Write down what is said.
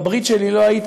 בברית שלי לא היית,